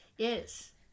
Yes